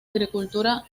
agricultura